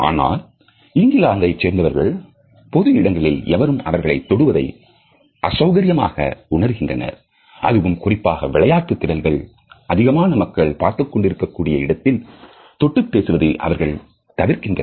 ஆனால் இங்கிலாந்தைச் சேர்ந்தவர்கள் பொது இடங்களில் எவரும் அவர்களை தொடுவதை அசௌகரியமாக உணர்கின்றனர் அதுவும் குறிப்பாக விளையாட்டு திடல்கள் அதிகமான மக்கள் பார்த்துக் கொண்டிருக்கக் கூடிய இடத்தில் தொட்டு பேசுவதை அவர்கள் தவிர்க்கின்றனர்